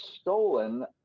stolen